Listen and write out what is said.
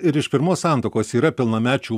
ir iš pirmos santuokos yra pilnamečių